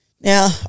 Now